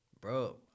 bro